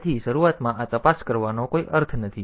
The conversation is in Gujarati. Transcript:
તેથી શરૂઆતમાં આ તપાસ કરવાનો કોઈ અર્થ નથી